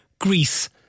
Greece